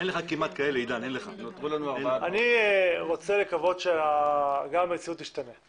אני רוצה לקוות שגם המציאות תשתנה.